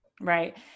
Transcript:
Right